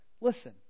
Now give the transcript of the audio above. listen